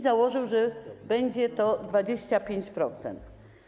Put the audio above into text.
Założył, że będzie to 25%.